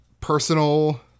personal